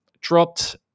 dropped